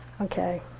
Okay